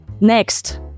next